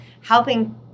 helping